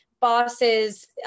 bosses